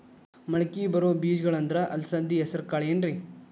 ಮಳಕಿ ಬರೋ ಬೇಜಗೊಳ್ ಅಂದ್ರ ಅಲಸಂಧಿ, ಹೆಸರ್ ಕಾಳ್ ಏನ್ರಿ?